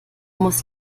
muss